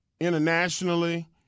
Internationally